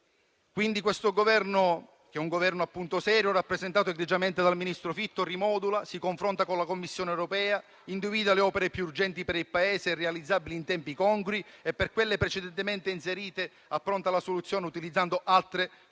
Quindi questo Governo, che è appunto serio, rappresentato egregiamente dal ministro Fitto, rimodula, si confronta con la Commissione europea, individua le opere più urgenti per il Paese, realizzabili in tempi congrui e per quelle precedentemente inserite appronta la soluzione utilizzando altre fonti di